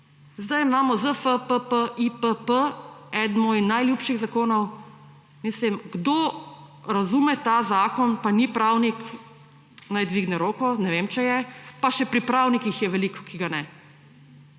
Zdaj imamo ZFPPIPP, eden moj najljubših zakonov. Mislim, kdo razume ta zakon, pa ni pravnik, naj dvigne roko. Ne vem, če je kdo. Pa še pri pravnikih jih je veliko, ki ga ne.